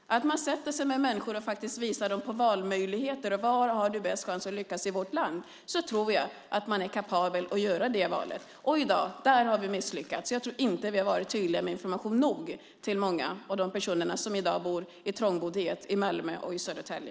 Om man visar människor på valmöjligheter och var de har bäst chans att lyckas i vårt land tror jag att de är kapabla att göra det valet. Där har vi misslyckats i dag. Jag tror inte att vi har varit tydliga nog med information till många av de personer som i dag bor trångt i Malmö och Södertälje.